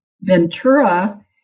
Ventura